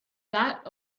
that